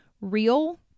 real